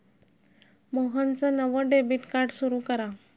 मोहनचं नवं debit card सुरू करा